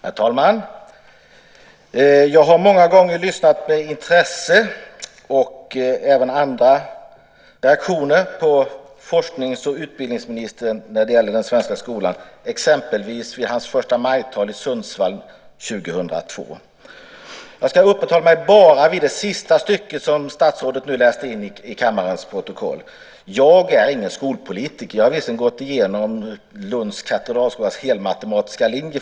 Herr talman! Jag har många gånger med intresse, och även med andra reaktioner, lyssnat på forsknings och utbildningsministern när det gäller den svenska skolan, exempelvis vid hans förstamajtal i Sundsvall 2002. Jag ska upprätthålla mig bara vid det sista stycket i det svar som statsrådet läste in till kammarens protokoll. Jag är ingen skolpolitiker. Visserligen har jag för länge sedan gått igenom Lunds Katedralskolas helmatematiska linje.